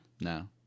No